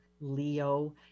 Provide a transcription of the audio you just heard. Leo